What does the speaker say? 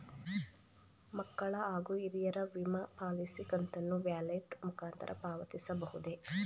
ಮಕ್ಕಳ ಹಾಗೂ ಹಿರಿಯರ ವಿಮಾ ಪಾಲಿಸಿ ಕಂತನ್ನು ವ್ಯಾಲೆಟ್ ಮುಖಾಂತರ ಪಾವತಿಸಬಹುದೇ?